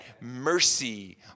mercy